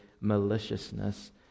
maliciousness